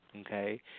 okay